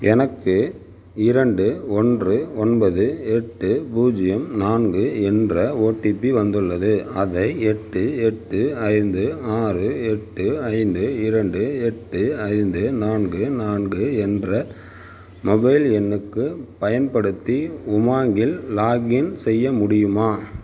எனக்கு இரண்டு ஒன்று ஒன்பது எட்டு பூஜ்ஜியம் நான்கு என்ற ஓடிபி வந்துள்ளது அதை எட்டு எட்டு ஐந்து ஆறு எட்டு ஐந்து இரண்டு எட்டு ஐந்து நான்கு நான்கு என்ற மொபைல் எண்ணுக்குப் பயன்படுத்தி உமாங்கில் லாகின் செய்ய முடியுமா